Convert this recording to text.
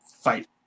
fight